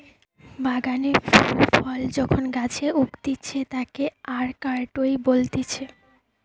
বাগানে ফুল ফল যখন গাছে উগতিচে তাকে অরকার্ডই বলতিছে